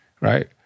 right